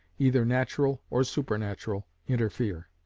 either natural or supernatural, interfere.